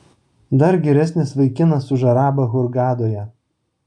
dar geresnis vaikinas už arabą hurgadoje